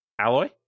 alloy